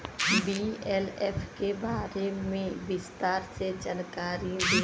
BLF के बारे में विस्तार से जानकारी दी?